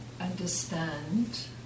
understand